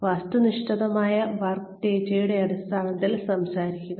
വസ്തുനിഷ്ഠമായ വർക്ക് ഡാറ്റയുടെ അടിസ്ഥാനത്തിൽ സംസാരിക്കുക